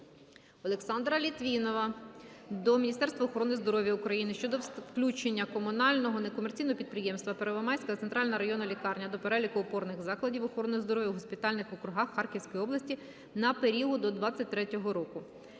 Олександра Літвінова до Міністерства охорони здоров'я України щодо включення комунального некомерційного підприємства Первомайська центральна районна лікарня до переліку опорних закладів охорони здоров'я у госпітальних округах Харківської області на період до 23-го року.